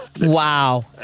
Wow